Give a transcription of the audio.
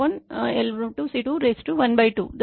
98×105kmsecआहे